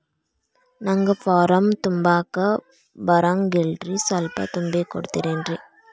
ನಂಗ ಫಾರಂ ತುಂಬಾಕ ಬರಂಗಿಲ್ರಿ ಸ್ವಲ್ಪ ತುಂಬಿ ಕೊಡ್ತಿರೇನ್ರಿ?